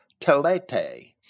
telete